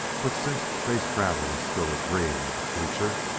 but, since space-travel is still a dream of the future,